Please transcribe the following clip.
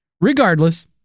Regardless